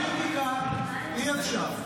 בפוליטיקה אי-אפשר,